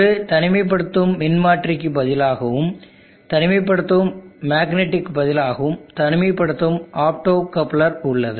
ஒரு தனிமைப்படுத்தும் மின்மாற்றிக்கு பதிலாகவும் தனிமைப்படுத்தும் மேக்னெட்டிக்கு பதிலாகவும் தனிமைப்படுத்தும் ஆப்டோகப்லரும் உள்ளது